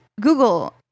Google